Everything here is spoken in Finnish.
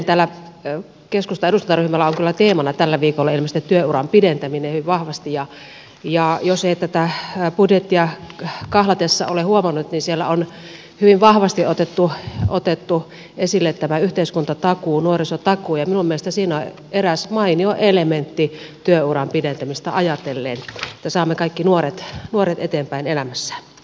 keskustan eduskuntaryhmällä on kyllä teemana tällä viikolla ilmeisesti työuran pidentäminen hyvin vahvasti ja jos ei tätä budjettia kahlatessa ole huomannut niin siellä on hyvin vahvasti otettu esille tämä yhteiskuntatakuu nuorisotakuu ja minun mielestäni siinä on eräs mainio elementti työuran pidentämistä ajatellen että saamme kaikki nuoret eteenpäin elämässään